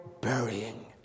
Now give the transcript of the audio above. burying